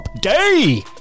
Day